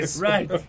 right